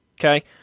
okay